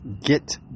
get